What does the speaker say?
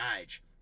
age